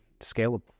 scalable